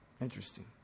Interesting